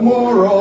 More